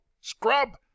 Scrub